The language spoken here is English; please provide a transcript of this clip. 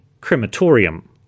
crematorium